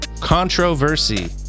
Controversy